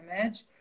image